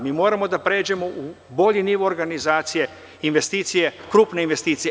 Mi moramo da pređemo u bolji nivo organizacije investicije, krupne investicije.